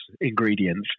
ingredients